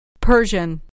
Persian